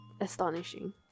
astonishing